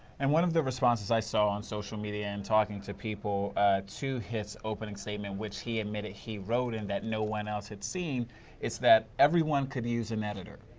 and one of the responses i saw on social media and talking to people to his open and statement which he admitted he wrote and that no one else has been is that anyone could use an editor.